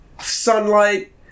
sunlight